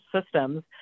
systems